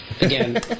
again